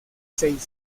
seis